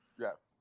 Yes